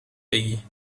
بگی